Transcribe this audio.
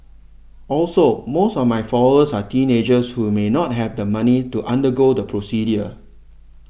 also most of my followers are teenagers who may not have the money to undergo the procedure